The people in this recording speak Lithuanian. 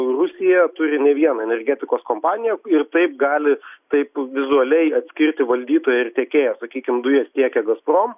rusija turi ne vieną energetikos kompaniją ir taip gali taip vizualiai atskirti valdytoją ir tiekėją sakykim dujas tiekia gazprom